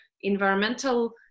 environmental